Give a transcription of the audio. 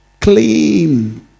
clean